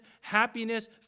happiness